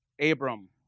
Abram